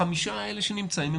החמישה האלה שנמצאים,